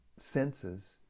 senses